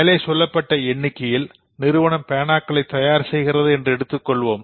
மேலே சொல்லப்பட்ட எண்ணிக்கையில் நிறுவனம் பேனாக்களை தயார் செய்கிறது என்று எடுத்துக்கொள்வோம்